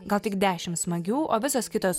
gal tik dešim smagių o visos kitos